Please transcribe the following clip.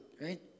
right